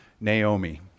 Naomi